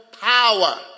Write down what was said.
power